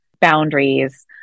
boundaries